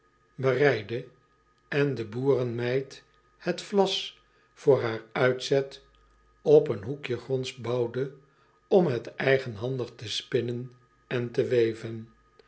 bereidde en de boerenmeid het vlas voor haar uitzet op een hoekje gronds bouwde om het eigenhandig te spinnen en te weven